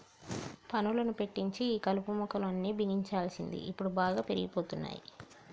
పనులను పెట్టించి ఈ కలుపు మొక్కలు అన్ని బిగించాల్సింది ఇప్పుడు బాగా పెరిగిపోతున్నాయి